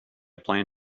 plan